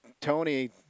Tony